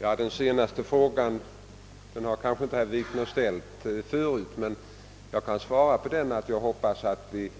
Herr talman! Den sista frågan har herr Wikner inte ställt förut. Jag kan emellertid svara att jag hoppas att vi